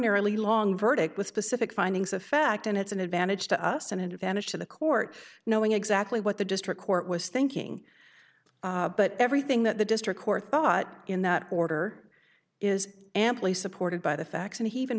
nary long verdict with specific findings of fact and it's an advantage to us an advantage to the court knowing exactly what the district court was thinking but everything that the district court thought in that order is amply supported by the facts and he even